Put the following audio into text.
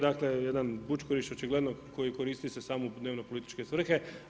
Dakle, jedan bučkuriš očigledno, koji koristi se samo u dnevno političke svrhe.